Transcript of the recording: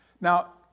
Now